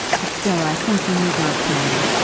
but still i think you need not fear me,